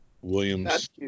Williams